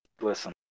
listen